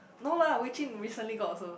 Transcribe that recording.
no lah Wei-jun recently got also